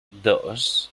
dos